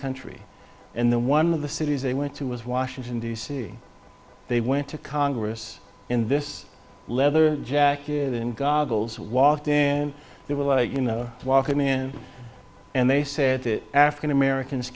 country and the one of the cities they went to was washington d c they went to congress in this leather jacket and gobbles walked in there with you know walk in and they said to african americans